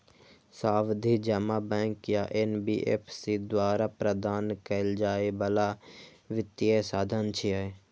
सावधि जमा बैंक या एन.बी.एफ.सी द्वारा प्रदान कैल जाइ बला वित्तीय साधन छियै